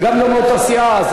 וגם אם מאותה סיעה,